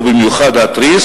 ובמיוחד בלוטת התריס,